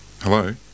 Hello